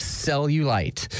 cellulite